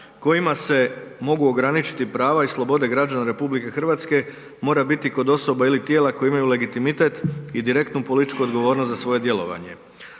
kojima se mogu ograničiti prava i slobode građana RH mora biti kod osoba ili tijela koja imaju legitimitet i direktnu političku odgovornost za svoje djelovanje.